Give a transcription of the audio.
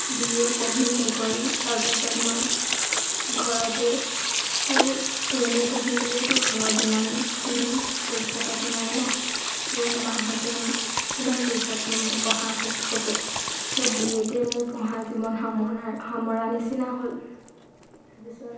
B A পঢ়ি শেষ হ'ল তাৰপিছত মই ঘৰতে আৰু এম এ পঢ়িবলৈওতো ঘৰত ইমানখিনি পইচা পাতি নাই নহ্ ত' মাহঁতে কিমান পইচা দিব মোক পঢ়া ক্ষেত্ৰতে ত' বি এতে মোৰ পঢ়া জীৱন সামৰ সামৰা নিচিনা হ'ল তাৰপিছত